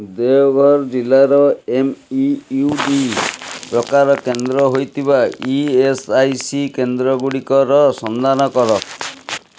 ଦେଓଘର ଜିଲ୍ଲାରେ M E U D ପ୍ରକାର କେନ୍ଦ୍ର ହୋଇଥିବା ଇ ଏସ୍ ଆଇ ସି କେନ୍ଦ୍ର ଗୁଡ଼ିକର ସନ୍ଧାନ କର